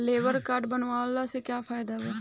Labour card बनवाला से का फायदा बा?